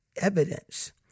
evidence